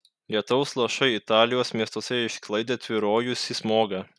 lietaus lašai italijos miestuose išsklaidė tvyrojusį smogą